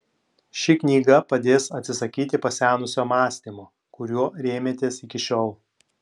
ši knyga padės atsisakyti pasenusio mąstymo kuriuo rėmėtės iki šiol